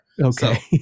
Okay